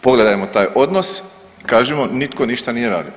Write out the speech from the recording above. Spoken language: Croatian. Pogledajmo taj odnos, kažemo, nitko ništa nije radio.